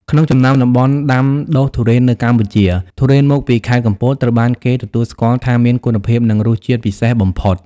ក្នុងចំណោមតំបន់ដាំដុះទុរេននៅកម្ពុជា ទុរេនមកពី ខេត្តកំពត ត្រូវបានគេទទួលស្គាល់ថាមានគុណភាពនិងរសជាតិពិសេសបំផុត។